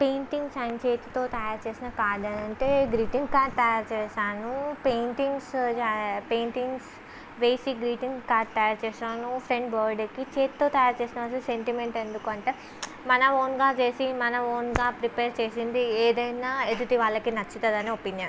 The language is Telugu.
పెయింటింగ్స చేతితో తయారుచేసిన కార్డు అంటే గ్రీటింగ్ కార్డ్ తయారుచేసాను పెయింటింగ్స్ పెయింటింగ్స్ వేసి గ్రీటింగ్ కార్డ్ తయారుచేసాను ఫ్రెండ్ బర్త్ డేకి చేత్తో తయారుచేసాను సెంటిమెంట్ ఎందుకంటే మన ఓన్గా చేసి మన ఓన్గా ప్రిపేర్ చేసింది ఏదైనా ఎదుటివాళ్ళకి నచ్చుతుందని ఒపీనియన్